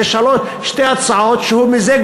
זה שתי הצעות שהוא מיזג